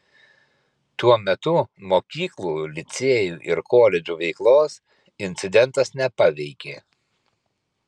tuo metu mokyklų licėjų ir koledžų veiklos incidentas nepaveikė